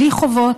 בלי חובות,